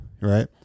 right